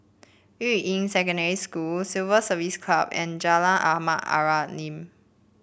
Yuying Secondary School Civil Service Club and Jalan Ahmad Ibrahim